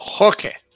Okay